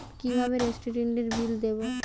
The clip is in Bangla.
কিভাবে রেস্টুরেন্টের বিল দেবো?